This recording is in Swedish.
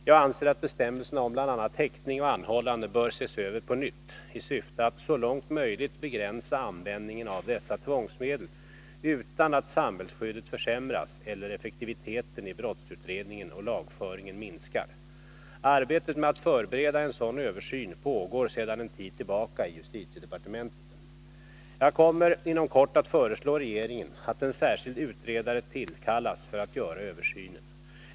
Jag anser att bestämmelserna om bl.a. häktning och anhållande bör ses över på nytt, i syfte att man skall så långt möjligt begränsa användningen av dessa tvångsmedel utan att samhällsskyddet försämras eller effektiviteten i brottsutredningen och lagföringen minskar. Arbetet med att förbereda en sådan översyn pågår sedan en tid tillbaka i justitiedepartementet. Jag kommer inom kort att föreslå regeringen att en särskild utredare tillkallas för att göra översynen.